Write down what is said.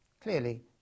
Clearly